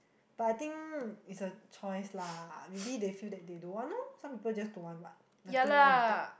but I think is a choice lah maybe they feel that they don't want lor some people just don't want what nothing wrong with it